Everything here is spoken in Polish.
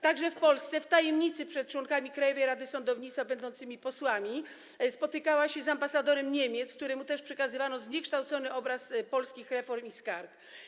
Także w Polsce w tajemnicy przed członkami Krajowej Rady Sądownictwa będącymi posłami spotykała się z ambasadorem Niemiec, któremu też przekazywano zniekształcony obraz polskich reform i skargi.